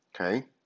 Okay